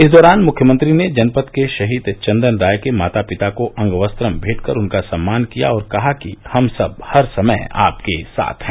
इसी दौरान मुख्यमंत्री ने जनपद के शहीद चंदन राय के माता पिता को अंगवस्त्रम भेट कर उनका सम्मान किया और कहा कि हम सब हर समय आपके साथ हैं